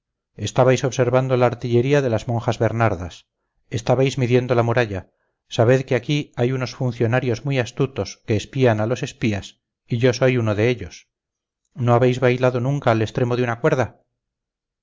espion estabais observando la artillería de las monjas bernardas estabais midiendo la muralla sabed que aquí hay unos funcionarios muy astutos que espían a los espías y yo soy uno de ellos no habéis bailado nunca al extremo de una cuerda